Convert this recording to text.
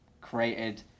created